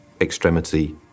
extremity